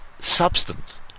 substance